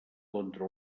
contra